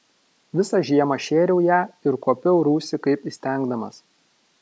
visą žiemą šėriau ją ir kuopiau rūsį kaip įstengdamas